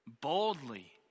boldly